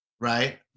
Right